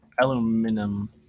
Aluminum